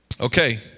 Okay